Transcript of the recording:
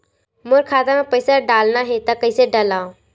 मोर खाता म पईसा डालना हे त कइसे डालव?